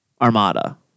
Armada